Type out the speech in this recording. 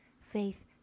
Faith